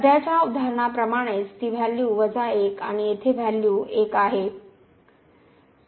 सध्याच्या उदाहरणाप्रमाणेच ती व्हॅल्यू 1 आणि येथे व्हॅल्यू 1 आहे